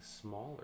smaller